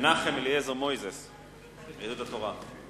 מנחם אליעזר מוזס מיהדות התורה.